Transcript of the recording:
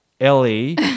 Ellie